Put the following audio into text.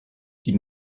die